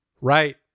Right